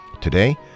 Today